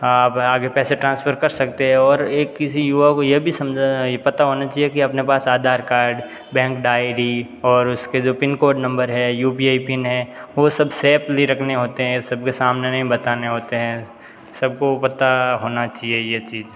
अब आगे पैसे ट्रांसफर कर सकते हैं और एक किसी युवा को यह भी समझा पता होना चाहिए कि अपने पास आधार कार्ड बैंक डायरी और उसके जो पिनकोड नंबर है यू पी आई पिन है वो सब सेफ्ली रखने होते हैं सबके सामने नहीं बताने होते हैं सबको पता होना चाहिए ये चीज